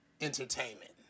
entertainment